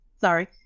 Sorry